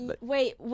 Wait